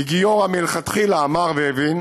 כי גיורא מלכתחילה אמר והבין: